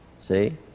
See